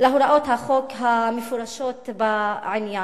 החוק המפורשות בעניין.